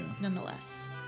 Nonetheless